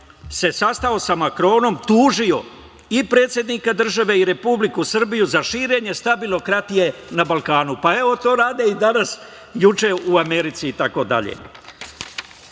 se sastao sa Makronom, tužio i predsednika države i Republiku Srbiju za širenje stabilokratije na Balkanu. Pa, evo, to rade i danas, juče u Americi itd. Što